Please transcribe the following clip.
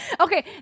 Okay